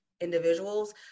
individuals